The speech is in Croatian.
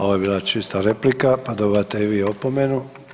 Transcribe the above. Ovo je bila čista replika, pa dobivate i vi opomenu.